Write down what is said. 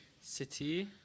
City